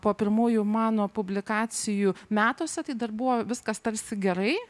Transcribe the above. po pirmųjų mano publikacijų metuose tai dar buvo viskas tarsi gerai